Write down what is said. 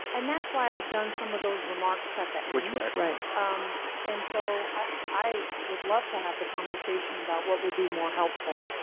and that's why i've done some of those remarks at the end, which right right um and so i i would love to have the conversation about what would be more helpful.